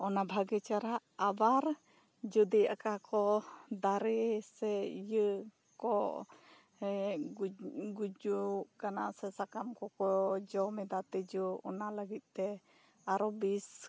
ᱚᱱᱟ ᱵᱷᱟᱹᱜᱤ ᱪᱮᱦᱨᱟ ᱟᱵᱟᱨ ᱡᱚᱫᱤ ᱚᱠᱟ ᱠᱚ ᱫᱟᱨᱮ ᱥᱮ ᱤᱭᱟᱹ ᱠᱚ ᱜᱩᱡᱩᱜ ᱠᱟᱱᱟ ᱥᱮ ᱥᱟᱠᱟᱢ ᱠᱚ ᱡᱚᱢ ᱮᱫᱟ ᱛᱤᱡᱩ ᱚᱱᱟ ᱞᱟᱹᱜᱤᱫ ᱛᱮ ᱟᱨᱚ ᱵᱤᱥ